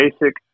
basic